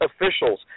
officials